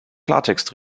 klartext